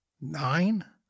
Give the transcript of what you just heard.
Nine